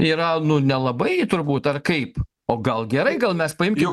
yra nu nelabai turbūt ar kaip o gal gerai gal mes paimkim